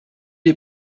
est